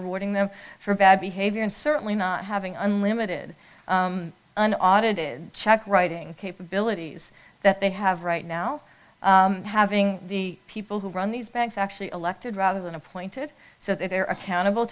rewarding them for bad behavior and certainly not having unlimited and audited check writing capabilities that they have right now having the people who run these banks actually elected rather than appointed so that